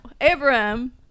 Abraham